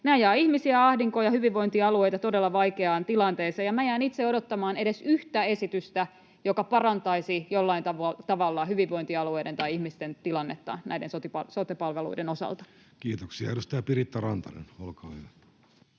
nämä ajavat ihmisiä ahdinkoon ja hyvinvointialueita todella vaikeaan tilanteeseen. Jään itse odottamaan edes yhtä esitystä, joka parantaisi jollain tavalla hyvinvointialueiden tai ihmisten tilannetta sote-palveluiden osalta. Kiitoksia. — Edustaja Piritta Rantanen, olkaa hyvä.